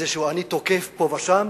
אני תוקף פה ושם,